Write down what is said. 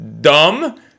dumb